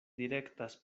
direktas